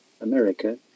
America